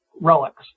relics